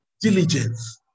Diligence